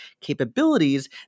capabilities